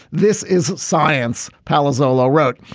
this is science palin's low low road.